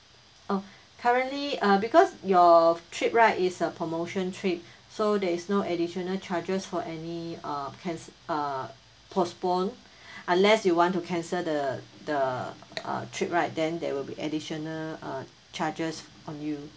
oh currently uh because your trip right is a promotion trip so there is no additional charges for any uh canc~ uh postpone unless you want to cancel the the uh trip right then there will be additional uh charges on you